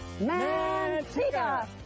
manteca